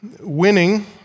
winning